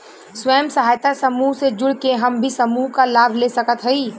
स्वयं सहायता समूह से जुड़ के हम भी समूह क लाभ ले सकत हई?